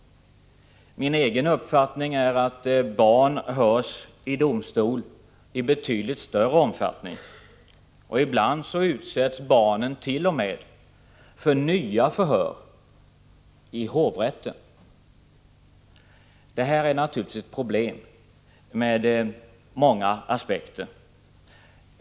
Min egen uppfattning är att barn hörs i domstol i betydligt större omfattning än vad utskottet påstår. Ibland utsätts barn t.o.m. för nya förhör i hovrätten. Det här är naturligtvis ett problem med många aspekter.